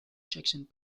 sections